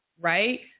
right